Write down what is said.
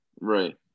Right